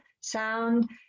sound